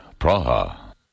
Praha